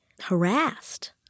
harassed